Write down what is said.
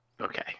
Okay